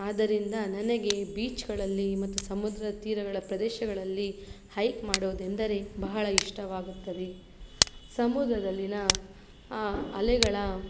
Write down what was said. ಆದ್ದರಿಂದ ನನಗೆ ಬೀಚ್ಗಳಲ್ಲಿ ಮತ್ತು ಸಮುದ್ರ ತೀರಗಳ ಪ್ರದೇಶಗಳಲ್ಲಿ ಹೈಕ್ ಮಾಡುವುದೆಂದರೆ ಬಹಳ ಇಷ್ಟವಾಗುತ್ತದೆ ಸಮುದ್ರದಲ್ಲಿನ ಅಲೆಗಳ